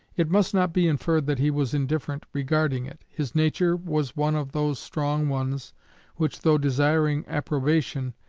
it must not be inferred that he was indifferent regarding it. his nature was one of those strong ones which, though desiring approbation,